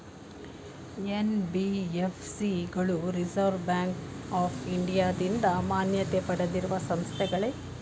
NBFC ಗಳು Reserve Bank of ಇಂಡಿಯಾದಿಂದ ಮಾನ್ಯತೆ ಪಡೆದಿರುವ ಸಂಸ್ಥೆಗಳೇ?